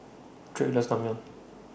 Drake loves Naengmyeon